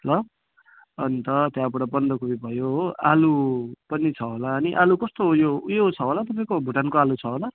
ल अन्त त्यहाँबाट बन्दकोपी भयो हो आलु पनि छ होला नि आलु कस्तो उयो उयो छ होला तपाईँको भुटानको आलु छ होला